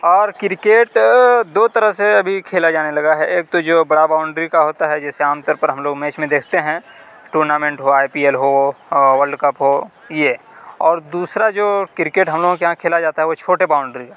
اور کرکٹ دو طرح سے ابھی کھیلا جانے لگا ہے ایک تو جو بڑا باؤنڈری كا ہوتا ہے جیسے عام طور پر ہم لوگ میچ میں دیکھتے ہیں ٹورنامنٹ ہو آئی پی ایل ہو ورلڈ کپ ہو یہ اور دوسرا جو کرکٹ ہے ہم لوگوں کے یہاں كھیلا جاتا ہے وہ چھوٹے باؤنڈری كا